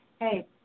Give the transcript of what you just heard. Hey